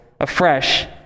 afresh